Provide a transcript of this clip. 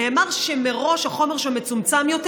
נאמר שמראש החומר שם מצומצם יותר.